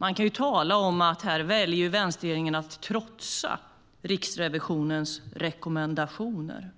Man kan tala om att här väljer vänsterregeringen att trotsa Riksrevisionens rekommendationer.